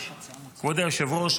כבוד היושב-ראש,